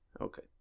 Okay